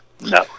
no